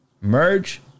Merge